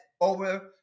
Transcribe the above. over